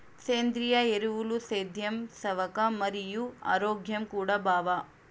సేంద్రియ ఎరువులు సేద్యం సవక మరియు ఆరోగ్యం కూడా బావ